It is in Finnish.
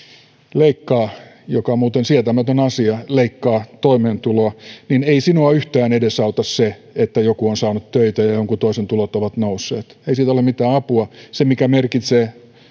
leikkaa mikä on muuten sietämätön asia leikkaa toimeentuloa niin ei sinua yhtään edesauta se että joku on saanut töitä ja ja jonkun toisen tulot ovat nousseet ei siitä ole mitään apua se mikä merkitsee